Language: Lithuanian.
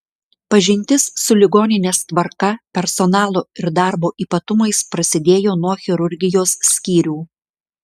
pažintis su ligoninės tvarka personalo ir darbo ypatumais prasidėjo nuo chirurgijos skyrių